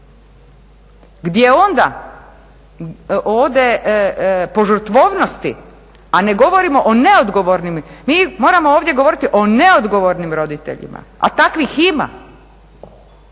takve neke ode požrtvovnosti, a ne govorimo o neodgovornim, mi moramo ovdje govoriti o neodgovornim roditeljima, a takvih ima.